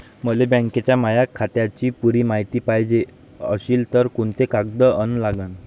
मले बँकेच्या माया खात्याची पुरी मायती पायजे अशील तर कुंते कागद अन लागन?